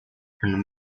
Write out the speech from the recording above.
and